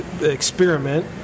experiment